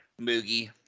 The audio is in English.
Moogie